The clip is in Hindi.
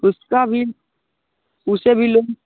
उसका भी उसे भी लोन